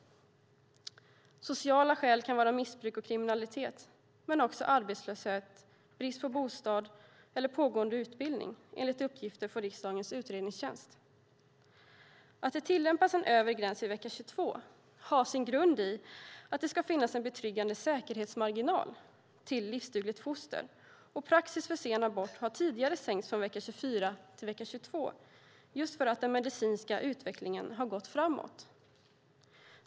Sociala skäl kan vara missbruk och kriminalitet, men också arbetslöshet, brist på bostad eller pågående utbildning, enligt uppgifter från riksdagens utredningstjänst. Att det tillämpas en övre gräns vid vecka 22 har sin grund i att det ska finnas en betryggande säkerhetsmarginal till livsdugliga foster. Praxis för sen abort har tidigare sänkts från vecka 24 till vecka 22 för att den medicinska utvecklingen gått framåt.